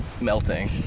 melting